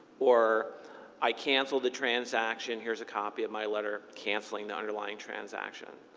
or i cancelled the transaction. here's a copy of my letter cancelling the underlying transaction.